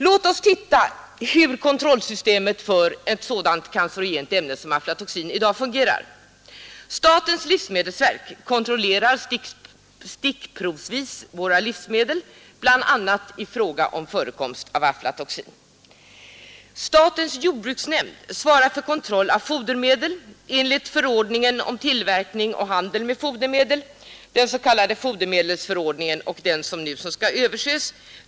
Låt oss titta på hur kontrollsystemet för ett sådant cancerogent ämne som aflatoxin i dag fungerar. Statens livsmedelsverk kontrollerar stickprovsvis våra livsmedel bl.a. i fråga om förekomst av aflatoxin. Statens jordbruksnämnd svarar för kontroll av fodermedel enligt förordningen om tillverkning och handel med fodermedel, den s.k. fodermedelsförordningen, som nu skall överses.